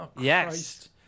Yes